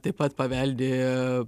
taip pat paveldi